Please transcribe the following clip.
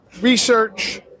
Research